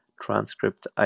transcript